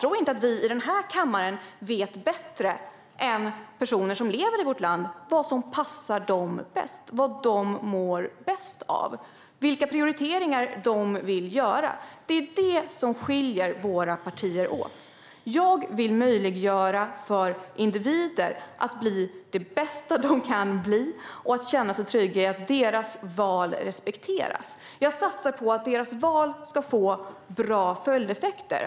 Tro inte att vi i den här kammaren vet bättre än personer som lever i vårt land vad som passar dem bäst, vad de mår bäst av och vilka prioriteringar de vill göra. Det är det som skiljer våra partier åt. Jag vill möjliggöra för individer att bli det bästa de kan bli och att de känner sig trygga i att deras val respekteras. Jag satsar på att deras val ska få bra följdeffekter.